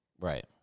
right